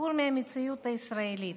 סיפור מהמציאות הישראלית.